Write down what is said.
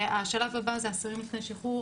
השאלה כמובן זה אסירים לפני שחרור.